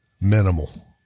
minimal